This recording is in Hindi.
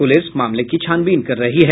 पुलिस मामले की छानबीन कर रही है